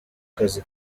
kazi